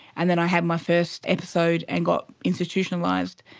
and then i had my first episode and got institutionalised,